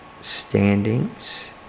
standings